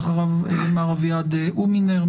ואחריו מר אביעד הומינר,